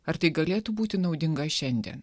ar tai galėtų būti naudinga šiandien